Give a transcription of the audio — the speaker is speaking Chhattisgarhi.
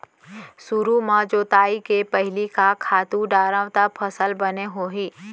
सुरु म जोताई के पहिली का खातू डारव त फसल बने होही?